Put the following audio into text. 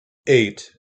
eight